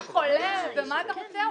ומה אתה רוצה?